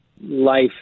life